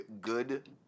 good